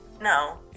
no